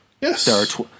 Yes